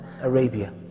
Arabia